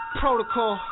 protocol